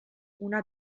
una